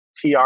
TR